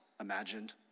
imagined